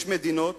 יש מדינות